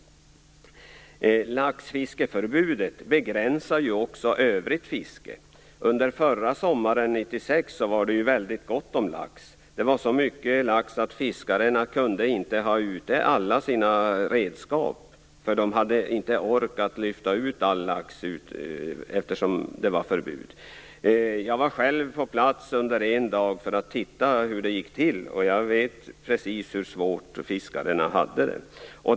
Laxfiskeförbudet begränsar ju också övrigt fiske. Under förra sommaren, 1996, var det väldigt gott om lax. Det var så mycket lax att fiskarna inte kunde ha ute alla sina redskap. De hade inte ork att lyfta ut all lax, eftersom det var förbud. Jag var själv på plats under en dag för att se hur det gick till. Jag vet precis hur svårt fiskarna hade det.